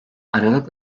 aralık